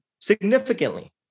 significantly